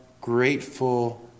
grateful